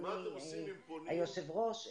היושב ראש,